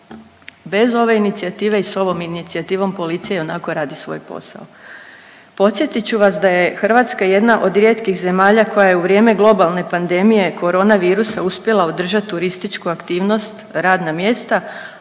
Bez ove inicijative i s ovom inicijativom policija ionako radi svoj posao. Podsjetit ću vas da je Hrvatska jedna od rijetkih zemalja koja je u vrijeme globalne pandemije corona virusa uspjela održati turističku aktivnost, radna mjesta,